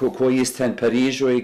ko ko jis ten paryžiuj